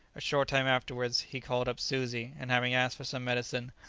a short time afterwards he called up suzi, and having asked for some medicine,